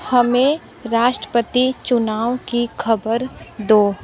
हमें राष्ट्रपति चुनाव की ख़बर दो